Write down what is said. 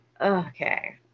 okay